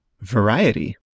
variety